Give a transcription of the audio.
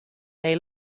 they